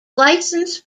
licensed